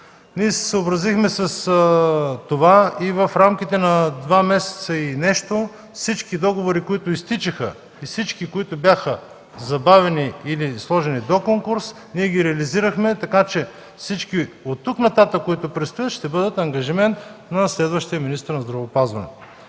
Ние се съобразихме с това и в рамките на два месеца и нещо всички договори, които изтичаха, и всички, които бяха забавени или сложени „до конкурс”, ние ги реализирахме. Така че тези, които предстоят от тук нататък, ще бъдат ангажимент на следващия министър на здравеопазването.